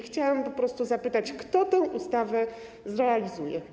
Chciałam po prostu zapytać, kto tę ustawę zrealizuje.